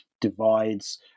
divides